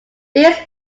these